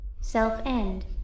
self-end